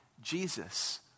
Jesus